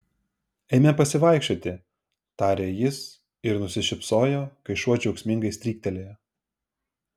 eime pasivaikščioti tarė jis ir nusišypsojo kai šuo džiaugsmingai stryktelėjo